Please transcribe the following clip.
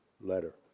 letter